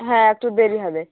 হ্যাঁ একটু দেরি হবে